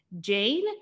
Jane